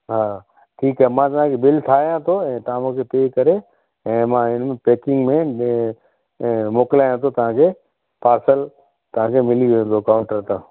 हा ठीकु आहे मां तव्हांखे बिल ठाहियां थो ऐं तव्हां मूंखे पे करे ऐं मां हिनमें पैकिंग में मोकिलायां थो तव्हांखे पार्सल तव्हांखे मिली वेंदो काउंटर तां